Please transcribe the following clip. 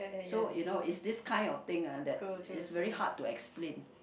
so you know it's this kind of thing ah that is very hard to explain